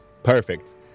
perfect